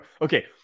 okay